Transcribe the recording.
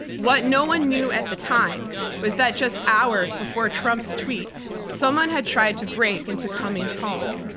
what no one knew at the time was that just hours before trump's tweets someone had tried to break into cummings' home.